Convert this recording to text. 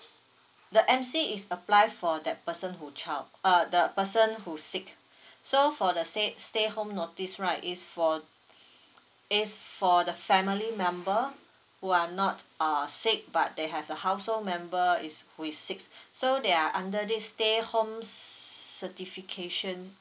the M_C is applied for that person who child uh the person who sick so for the sta~ stay home notice right is for is for the family member who are not uh sick but they have a household member is who is sick so they are under this stay home certifications